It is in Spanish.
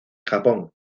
japón